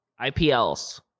IPLs